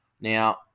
Now